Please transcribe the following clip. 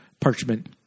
parchment